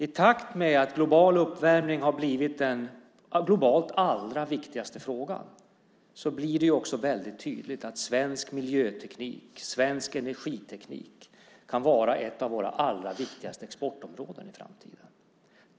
I takt med att global uppvärmning har blivit den globalt allra viktigaste frågan blir det också väldigt tydligt att svensk miljöteknik och svensk energipolitik kan bli ett av våra allra viktigaste exportområden i framtiden.